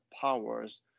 Powers